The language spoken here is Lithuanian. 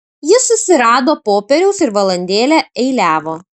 jis susirado popieriaus ir valandėlę eiliavo